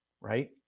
right